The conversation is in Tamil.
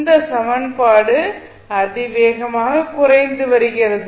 இந்த சமன்பாடு அதிவேகமாக குறைந்து வருகிறது